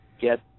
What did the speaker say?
get